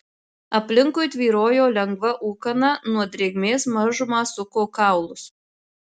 aplinkui tvyrojo lengva ūkana nuo drėgmės mažumą suko kaulus